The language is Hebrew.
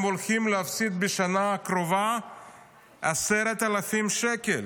הם הולכים להפסיד בשנה הקרובה 10,000 שקל